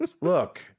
look